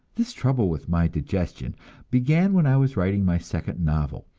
this trouble with my digestion began when i was writing my second novel,